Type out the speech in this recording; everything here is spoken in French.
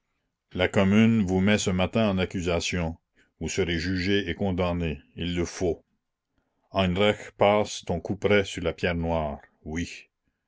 la commune vous met ce matin en accusation vous serez jugés et condamnés il le faut heindrech passe ton couperet sur la pierre noire oui